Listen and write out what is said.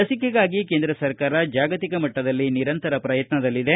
ಲಸಿಕೆಗಾಗಿ ಕೇಂದ್ರ ಸರ್ಕಾರ ಜಾಗತಿಕ ಮಟ್ಟದಲ್ಲಿ ನಿರಂತರ ಪ್ರಯತ್ನದಲ್ಲಿದೆ